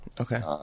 Okay